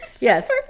Yes